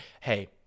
hey